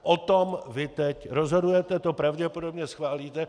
O tom vy teď rozhodujete, to pravděpodobně schválíte.